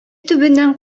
төбеннән